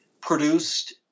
produced